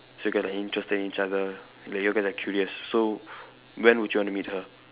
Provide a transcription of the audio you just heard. so got the interest in each other like you all get like curious so when would you want to meet her